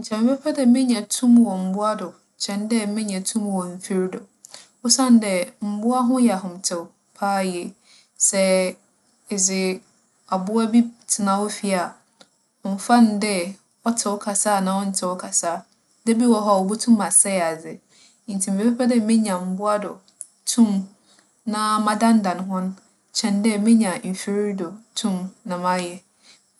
Nkyɛ mebɛpɛ dɛ menya tum wͻ mbowa do kyɛn dɛ menya tum wͻ mfir do. Osiandɛ, mbowa ho yɛ ahomtsew paa yie. Sɛ edze abowa bi tsena wo fie a, ͻmmfa no dɛ ͻtse wo kasaa anaa ͻnntse wo kasaa, da bi wͻ hͻ a obotum asɛɛ adze. Ntsi mebɛpɛ dɛ menya mbowa do tum na madandan hͻn kyɛn dɛ menya mfir do tum na mayɛ.